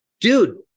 dude